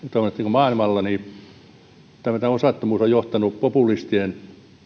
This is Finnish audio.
maailmalla tällainen osattomuus on johtanut populistien